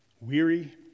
weary